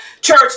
church